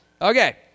Okay